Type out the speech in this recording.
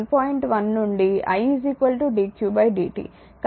1 నుండి i dq dt